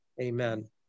Amen